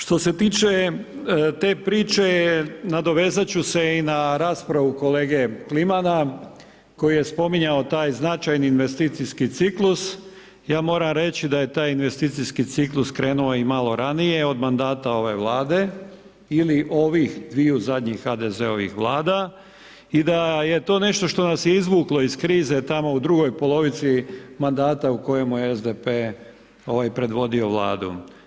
Što se tiče te priče, nadovezati ću se i na raspravu kolege Klimana koji je spominjao taj značajni investicijski ciklus, ja moram reći da je taj investicijski ciklus krenuo i malo ranije od mandata ove Vlade ili ovih dviju zadnjih HDZ-ovih Vlada i da je to nešto što nas je izvuklo iz krize tamo u drugoj polovici mandata u kojemu je SDP predvodio Vladu.